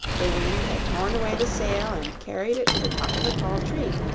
the wind had torn away the sail and carried it to the top of a tall tree,